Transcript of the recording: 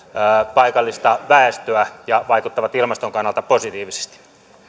paikallista väestöä ja vaikuttavat ilmaston kannalta positiivisesti